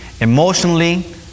emotionally